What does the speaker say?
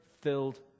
filled